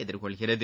எதிர்கொள்கிறது